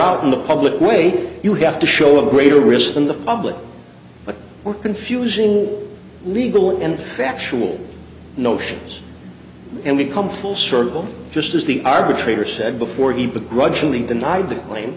drop in the public way you have to show a greater risk than the public but we're confusing legal and factual notions and we come full circle just as the arbitrator said before deeper grudgingly denied th